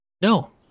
No